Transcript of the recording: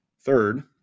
Third